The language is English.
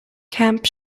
camp